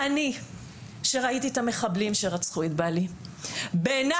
אני שראיתי את המחבלים שרצחו את בעלי בעיניי,